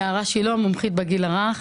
אני מומחית בגיל הרך.